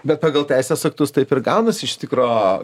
bet pagal teisės aktus taip ir gaunasi iš tikro